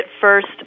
first